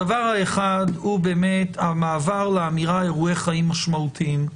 הדבר האחד הוא באמת המעבר לאמירה אירועי חיים משמעותיים,